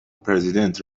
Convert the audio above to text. پرزیدنت